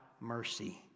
mercy